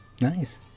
Nice